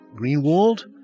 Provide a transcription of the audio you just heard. Greenwald